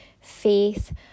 faith